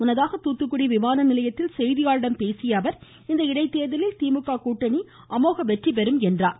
முன்னதாக தூத்துக்குடி விமான நிலையத்தில் செய்தியாளர்களிடம் பேசிய அவர் இந்த இடைத்தேர்தலில் திமுக கூட்டணி அமோக வெற்றிபெறும் என்றார்